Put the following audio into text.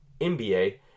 NBA